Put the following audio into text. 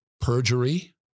Perjury